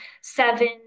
seven